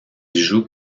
joue